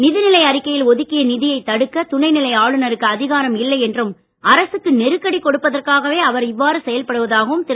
நிதிநிலை அறிக்கையில் ஒதுக்கிய நிதியைத் தடுக்க துணைநிலை ஆளுநருக்கு அதிகாரம் இல்லை என்றும் அரசுக்கு நெருக்கடி கொடுப்பதற்காகவே அவர் இவ்வாறு செயல்படுவதாகவும் திரு